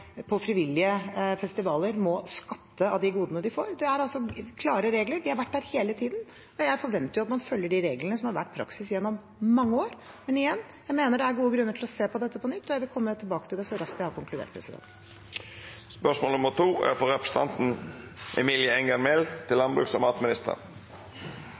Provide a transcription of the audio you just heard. på frivillige festivaler, må skatte av de godene de får. Det er klare regler, de har vært der hele tiden, og jeg forventer at man følger de reglene som har vært praksis gjennom mange år. Men igjen: Jeg mener det er gode grunner til å se på dette på nytt. Jeg vil komme tilbake til det så raskt jeg har konkludert. «Regjeringen legger ned pelsdyrnæringen, og det er